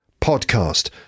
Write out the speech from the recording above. Podcast